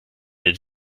het